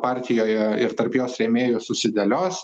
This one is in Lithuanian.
partijoje ir tarp jos rėmėjų susidėlios